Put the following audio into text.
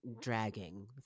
dragging